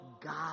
god